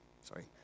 sorry